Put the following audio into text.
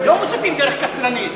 לא מוסיפים דרך קצרנית.